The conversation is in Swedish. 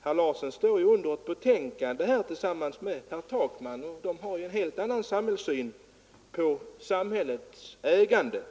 Han har skrivit under ett betänkande tillsammans med bl.a. herr Takman, som har en helt annan syn än jag på samhällets ägande.